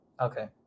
Okay